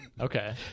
okay